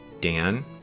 Dan